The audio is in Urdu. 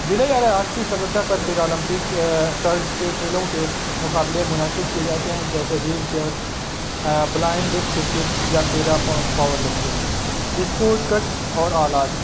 ضلع ریاستی سبتا پر پیرالمپک طرز کے کھیلوں کے مقابلے منعقد کیے جاتے ہیں جیسے wheel wheel chairs blind cricket یا para power lifting sport kit اور آلات